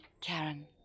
Karen